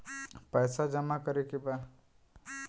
पैसा जमा करे के बा?